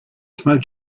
spoke